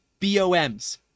BOMs